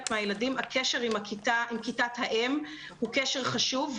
מהילדים הקשר עם כיתת האם הוא קשר חשוב,